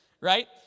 Right